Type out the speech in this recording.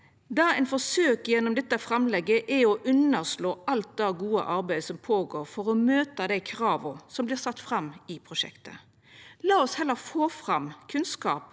Det ein forsøkjer gjennom dette framlegget, er å underslå alt det gode arbeidet som går føre seg for å møta dei krava som vert sette fram i prosjektet. La oss heller få fram kunnskap